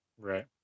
Right